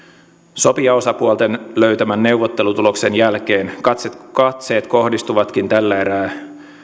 sopijaosapuolten löytämän neuvottelutuloksen jälkeen katseet katseet kohdistuvatkin tällä erää